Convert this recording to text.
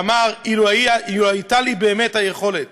שאמר: אילו הייתה לי באמת היכולת